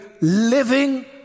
living